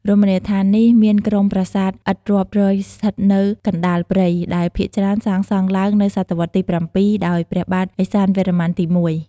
រមណីយដ្ឋាននេះមានក្រុមប្រាសាទឥដ្ឋរាប់រយស្ថិតនៅកណ្តាលព្រៃ ដែលភាគច្រើនសាងសង់ឡើងនៅសតវត្សទី ៧ ដោយព្រះបាទឦសានវរ្ម័នទី១។